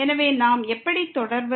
எனவே நாம் எப்படி தொடர்வது